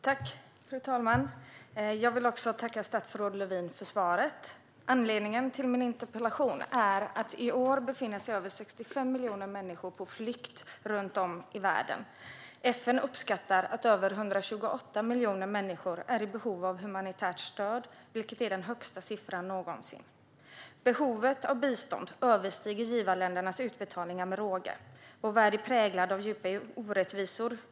Fru talman! Jag vill tacka statsrådet Lövin för svaret. Anledningen till min interpellation är att i år befinner sig över 65 miljoner människor på flykt runt om i världen. FN uppskattar att över 128 miljoner människor är i behov av humanitärt stöd, vilket är den högsta siffran någonsin. Behovet av bistånd överstiger givarländernas utbetalningar med råge. Vår värld är präglad av djupa orättvisor.